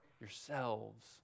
yourselves